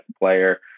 player